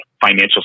financial